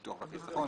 ביטוח וחיסכון,